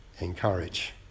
encourage